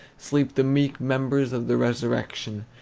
sleep the meek members of the resurrection,